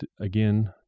again